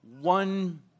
one